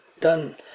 done